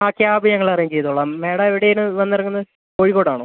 ആ ക്യാബ് ഞങ്ങൾ അറേഞ്ച് ചെയ്തുകൊളളാം മാഡം എവിടെയാണ് വന്ന് ഇറങ്ങുന്നത് കോഴിക്കോടാണോ